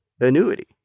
annuity